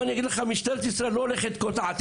אני אגיד לך שמשטרת ישראל לא הולכת וקוטעת,